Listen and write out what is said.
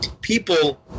people